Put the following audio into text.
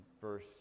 verse